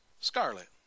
scarlet